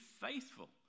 faithful